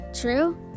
true